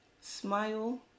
Smile